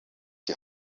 die